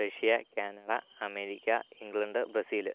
Russia Canada America England Brazil